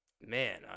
man